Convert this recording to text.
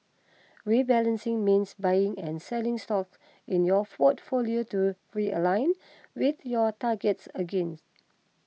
rebalancing means buying and selling stocks in your portfolio to realign with your targets again